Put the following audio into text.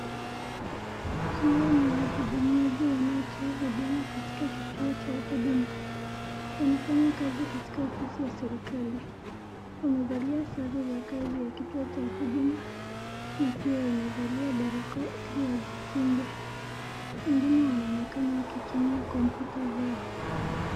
Hawa ni wahudumiaji wanaotoa huduma katika kituo cha huduma. Wanafanya kazi katika ofisi ya serikali, wamevalia sare za kazi katika kituo cha huduma na pia wamevalia barakoa ili wajikinge, wengine wanaonekana wakitumia kompyuta zao.